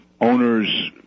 owners